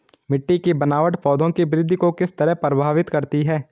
मिटटी की बनावट पौधों की वृद्धि को किस तरह प्रभावित करती है?